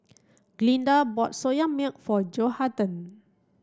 Glynda bought Soya milk for Johathan